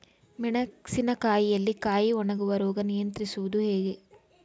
ಮೆಣಸಿನ ಕಾಯಿಯಲ್ಲಿ ಕಾಯಿ ಒಣಗುವ ರೋಗ ನಿಯಂತ್ರಿಸುವುದು ಹೇಗೆ?